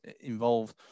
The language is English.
involved